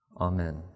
Amen